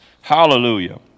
Hallelujah